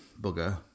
booger